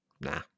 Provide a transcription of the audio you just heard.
Nah